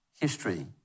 history